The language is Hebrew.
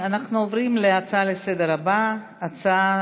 בנושא: אוזלת ידו של משרד התחבורה בטיפול בכביש 89,